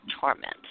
torment